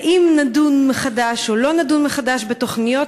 האם נדון מחדש או לא נדון מחדש בתוכניות